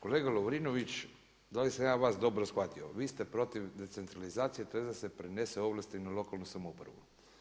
Kolega Lovrinović, da li sam ja vas dobro shvatio, vi ste protiv decentralizacije te da se prenesu ovlasti na lokalnu samoupravu.